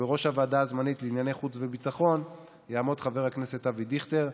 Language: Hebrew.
ובראש הוועדה הזמנית לענייני חוץ וביטחון יעמוד חבר הכנסת אבי דיכטר.